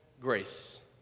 grace